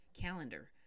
calendar